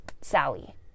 Sally